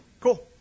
Cool